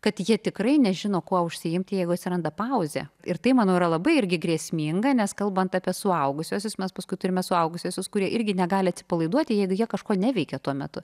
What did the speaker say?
kad jie tikrai nežino kuo užsiimti jeigu atsiranda pauzė ir tai manau yra labai irgi grėsminga nes kalbant apie suaugusiuosius mes paskui turime suaugusiuosius kurie irgi negali atsipalaiduoti jeigu jie kažko neveikia tuo metu